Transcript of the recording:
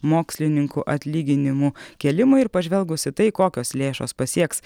mokslininkų atlyginimų kėlimui ir pažvelgus į tai kokios lėšos pasieks